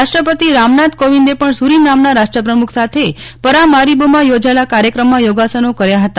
રાષ્ટ્રપતિ રામનાથ કોવિંદે પણ સૂરીનામ ના રાષ્ટ્રપ્રમુખ સાથે પરામારિબોમાં યોજાયેલા કાર્યક્રમમાં યોગાસનો કર્યા હતા